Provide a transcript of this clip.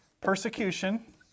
persecution